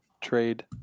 trade